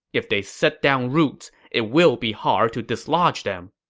if they set down roots, it will be hard to dislodge them.